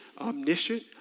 omniscient